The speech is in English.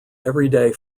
everyday